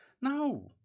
No